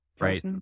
right